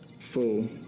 full